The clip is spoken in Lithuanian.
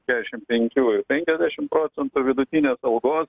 kešim penkių ir penkiasdešimt procentų vidutinės algos